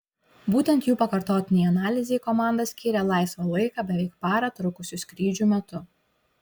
būtent jų pakartotinei analizei komanda skyrė laisvą laiką beveik parą trukusių skrydžių metu